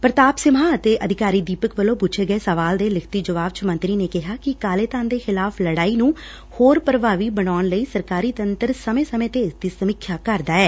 ਪ੍ਤਾਪ ਸਿਮਹਾ ਅਤੇ ਅਧਿਕਾਰੀ ਦੀਪਕ ਵੱਲੋਂ ਪੁੱਛੇ ਗਏ ਸਵਾਲ ਦੇ ਲਿਖਤੀ ਜਵਾਬ ਚ ਮੰਤਰੀ ਨੇ ਕਿਹਾ ਕਿ ਕਾਲੇ ਧਨ ਦੇ ਖਿਲਾਫ਼ ਲਤਾਈ ਨੂੰ ਹੋਰ ਪ੍ਰਭਾਵੀ ਬਣਾਉਣ ਲਈ ਸਰਕਾਰੀ ਤੰਤਰ ਸਮੇਂ ਸਮੇਂ ਤੇ ਇਸ ਦੀ ਸਮੀਖਿਆ ਕਰਦਾ ਐ